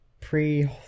pre